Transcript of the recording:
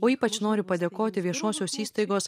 o ypač noriu padėkoti viešosios įstaigos